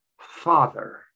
father